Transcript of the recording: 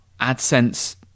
AdSense